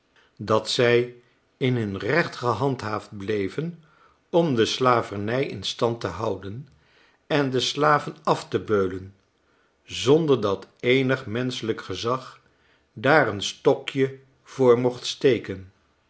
dat zij in hun recht gehandhaafd bleven om de slavernij in stand te houden en de slaven af te beulen zonder dat eenig menschelijk gezag daar een stokje voor mocht steken